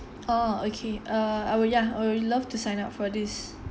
oh okay err I will ya I will love to sign up for this